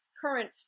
current